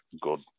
good